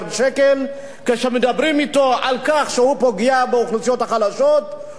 כשמדברים אתו על כך שהוא פוגע באוכלוסיות החלשות הוא מזכיר לנו,